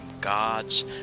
God's